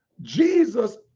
Jesus